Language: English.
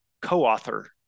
co-author